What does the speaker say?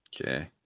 okay